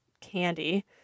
candy